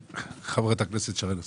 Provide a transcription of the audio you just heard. חברת הכנסת שרן השכל.